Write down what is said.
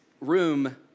room